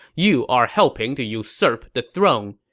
you are helping to usurp the throne.